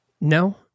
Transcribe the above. No